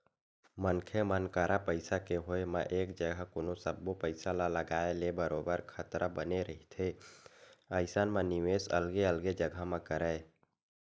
मनखे मन करा पइसा के होय म एक जघा कोनो सब्बो पइसा ल लगाए ले बरोबर खतरा बने रहिथे अइसन म निवेस अलगे अलगे जघा म करय